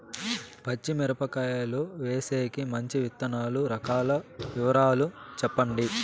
పచ్చి మిరపకాయలు వేసేకి మంచి విత్తనాలు రకాల వివరాలు చెప్పండి?